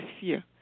fear